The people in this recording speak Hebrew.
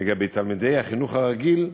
לגבי תלמידי החינוך הרגיל,